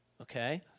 okay